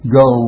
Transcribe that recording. go